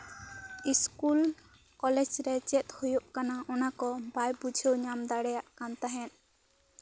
school college ᱨᱮ ᱪᱮᱫ ᱦᱩᱭᱩᱜ ᱠᱟᱱᱟ ᱚᱱᱟ ᱠᱚ ᱵᱟᱭ ᱵᱩᱡᱷᱟᱹᱣ ᱧᱟᱢ ᱫᱟᱲᱮᱭᱟᱜ ᱛᱟᱦᱮᱸᱜ